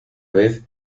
vez